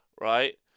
right